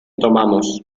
tomamos